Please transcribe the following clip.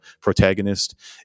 protagonist